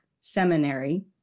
Seminary